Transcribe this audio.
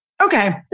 Okay